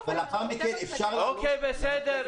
--- אוקיי, בסדר.